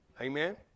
Amen